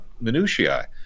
minutiae